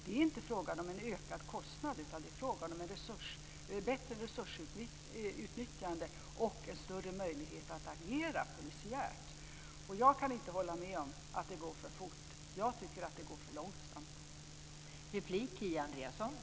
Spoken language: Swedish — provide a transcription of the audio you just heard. Det är inte fråga om en ökad kostnad, utan det är fråga om ett bättre resursutnyttjande och en större möjlighet att agera polisiärt. Och jag kan inte hålla med om att det går för fort. Jag tycker att det går för långsamt.